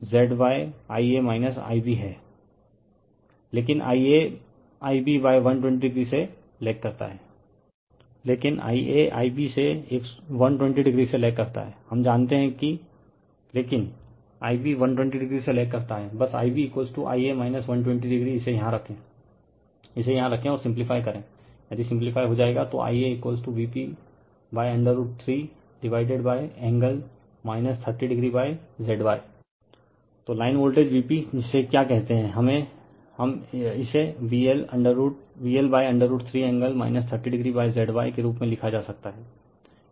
refer slide time 2521 लेकिन Ia Ib से 120o से लेग करता है हम जानते हैं लेकिन Ib 120o से लेग करता हैं बस Ib Ia - 120o इसे यहां रखें इसे यहाँ रखे और सिम्प्लिफ्य करे यदि सिम्प्लिफ्य हो जाएगा तो IaVp√ 3 divided angle 30oZy refer slide time 2533 तो लाइन वोल्टेज Vp जिसे क्या कहते हैं इसे VL√3 एंगल 30oZy के रूप में लिखा जा सकता हैं